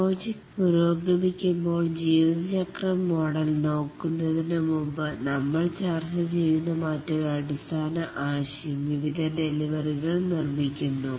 project പുരോഗമിക്കുമ്പോൾ ജീവിതചക്രം model നോക്കുന്നതിനു മുമ്പ് നമ്മൾ ചർച്ച ചെയ്യുന്ന മറ്റൊരു അടിസ്ഥാന ആശയം വിവിധ ഡെലിവറി കൾ നിർമ്മിക്കുന്നു